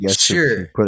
Sure